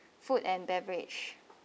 food and beverage